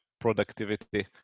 productivity